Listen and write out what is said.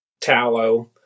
tallow